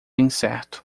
incerto